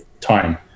time